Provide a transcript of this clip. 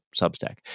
Substack